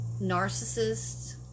narcissists